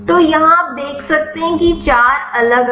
तो यहां आप देख सकते हैं कि चार अलग अलग हैं